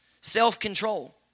self-control